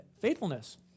faithfulness